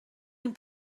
این